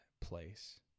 place